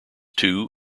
two